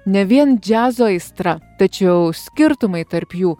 ne vien džiazo aistra tačiau skirtumai tarp jų